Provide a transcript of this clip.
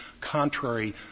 contrary